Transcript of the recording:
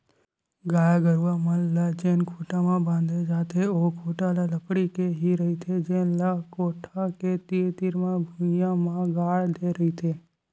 गाय गरूवा मन ल जेन खूटा म बांधे जाथे ओ खूटा ह लकड़ी के ही रहिथे जेन ल कोठा के तीर तीर म भुइयां म गाड़ दे रहिथे